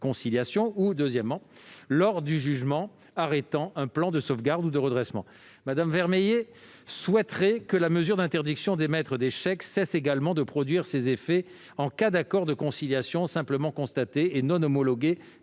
conciliation, soit lors du jugement arrêtant un plan de sauvegarde ou de redressement. Mme Vermeillet souhaiterait que la mesure d'interdiction d'émettre des chèques cesse également de produire ses effets en cas d'accord de conciliation simplement constaté, et non homologué,